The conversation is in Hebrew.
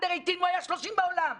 הסיבה הראשונה היא שאנחנו נכנסים לחורף,